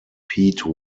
pete